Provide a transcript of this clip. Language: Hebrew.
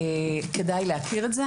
כדאי להכיר את זה.